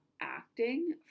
acting